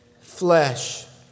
flesh